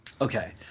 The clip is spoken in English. Okay